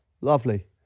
lovely